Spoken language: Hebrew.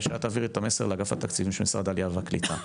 ושאת תעבירי את המסר לאגף התקציבים של משרד העלייה והלקיטה.